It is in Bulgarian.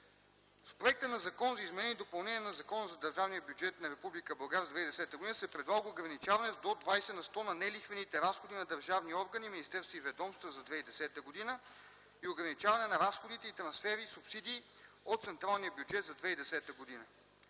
В проекта на Закон за изменение и допълнение на Закона за държавния бюджет на Република България за 2010 г. се предлага увеличаване с до 20 на сто на нелихвените разходи на държавни органи, министерства и ведомства за 2010 г. и ограничаване на разходите, трансфери и субсидии от централния бюджет за 2010 г.